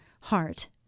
heart